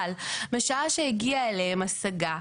אבל משעה שהגיעה אליהם השגה,